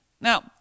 Now